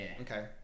Okay